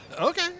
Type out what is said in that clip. Okay